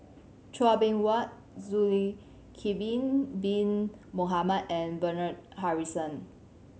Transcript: Chua Beng Huat Bin Bin Mohamed and Bernard Harrison